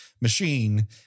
machine